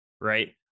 Right